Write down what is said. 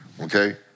Okay